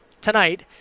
Tonight